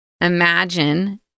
Imagine